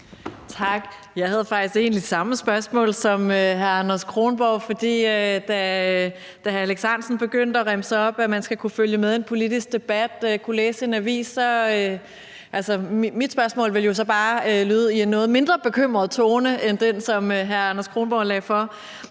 Jeg havde faktisk samme spørgsmål som hr. Anders Kronborg, da hr. Alex Ahrendtsen begyndte at remse op, at man skal kunne følge med i en politisk debat og kunne læse en avis. Mit spørgsmål vil jo så bare lyde i en noget mindre bekymret tone end den, som hr. Anders Kronborg lagde for